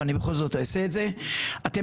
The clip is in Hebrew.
אבל בכל זאת אני אעשה את זה: אתם